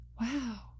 Wow